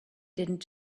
didn’t